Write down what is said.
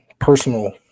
personal